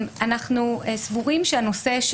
אנחנו סבורים שהנושא הזה,